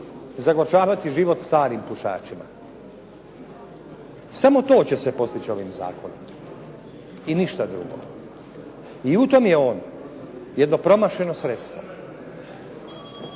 zagorčavati život starim pušačima. Samo to će se postići ovim zakonom i ništa drugo. I u tome je jedno promašeno sredstvo